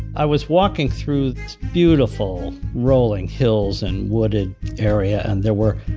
i was walking through these beautiful rolling hills and wooded area and there were